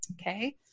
Okay